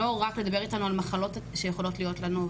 לא רק לדבר אתנו על מחלות שיכולות להיות לנו,